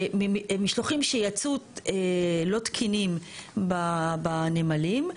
שמשלוחים שיצאו לא תקינים בנמלים,